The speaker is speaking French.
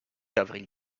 d’avril